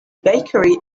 bakery